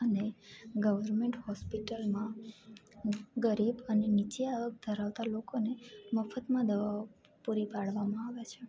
અને ગવર્મેન્ટ હોસ્પિટલમાં ગરીબ અને નીચી આવક ધરાવતા લોકોને મફતમાં દવાઓ પૂરી પાડવામાં આવે છે